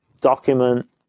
document